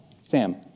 Sam